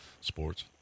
sports